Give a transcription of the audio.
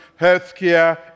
healthcare